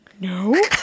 No